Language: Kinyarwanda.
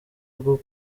rwo